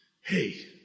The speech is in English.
Hey